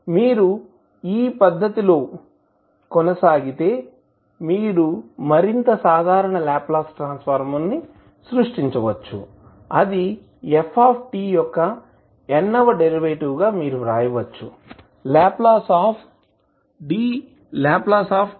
మీరు ఈ పద్ధతిలో కొనసాగితే మీరు మరింత సాధారణ లాప్లాస్ ట్రాన్సఫర్మ్ ను సృష్టించవచ్చు అది f యొక్క n వ డెరివేటివ్ గా మీరు వ్రాయవచ్చు Ldnfdtn snFs sn 1f sn 2f0